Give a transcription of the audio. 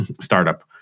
startup